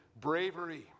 bravery